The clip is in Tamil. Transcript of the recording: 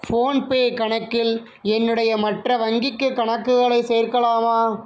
ஃபோன்பே கணக்கில் என்னுடைய மற்ற வங்கிக்கு கணக்குகளை சேர்க்கலாமா